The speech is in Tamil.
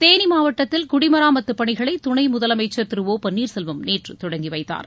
தேனி மாவட்டத்தில் குடிமராமத்து பணிகளை துணை முதலமைச்சர் திரு ஒ பன்னீர் செல்வம் நேற்று தொடங்கி வைத்தார்